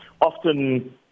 often